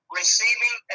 receiving